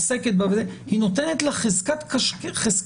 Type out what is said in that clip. עוסקת בה היא נותנת לה חזקת הסמכה.